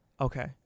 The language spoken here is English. Okay